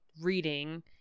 reading